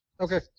Okay